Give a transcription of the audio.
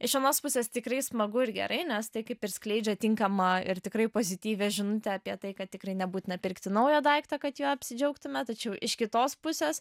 iš vienos pusės tikrai smagu ir gerai nes tai kaip ir skleidžia tinkamą ir tikrai pozityvią žinutę apie tai kad tikrai nebūtina pirkti naujo daikto kad juo apsidžiaugtume tačiau iš kitos pusės